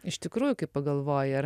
iš tikrųjų kai pagalvoji ar